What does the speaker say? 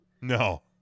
No